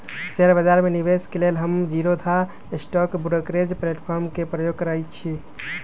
share बजार में निवेश के लेल हम जीरोधा स्टॉक ब्रोकरेज प्लेटफार्म के प्रयोग करइछि